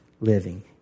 living